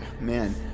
Man